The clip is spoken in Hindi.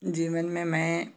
जीवन में मैं